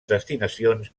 destinacions